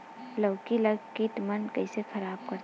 लौकी ला कीट मन कइसे खराब करथे?